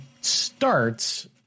starts